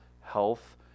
health